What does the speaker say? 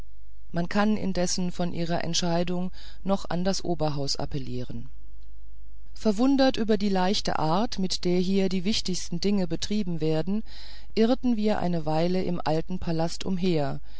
man kann indessen von ihrer entscheidung noch an das oberhaus appellieren verwundert über die leichte art mit der hier die wichtigsten dinge betrieben werden irrten wir eine weile im alten palaste umher